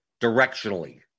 directionally